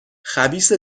خبیث